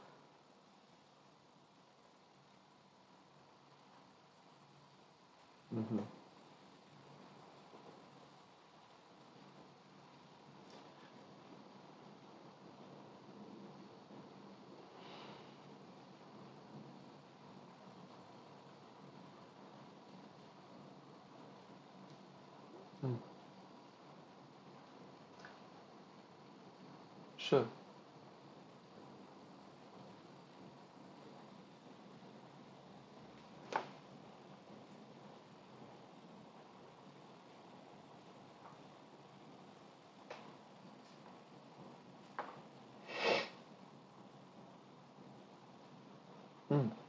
mmhmm mm sure mm